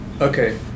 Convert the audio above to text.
okay